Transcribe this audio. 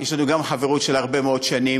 יש לנו גם חברות של הרבה מאוד שנים.